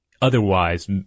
Otherwise